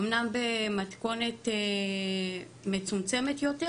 אומנם במתכונת מצומצמת יותר,